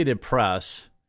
Press